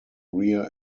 rear